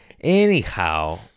Anyhow